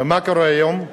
מה קורה היום?